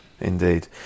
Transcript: indeed